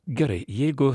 gerai jeigu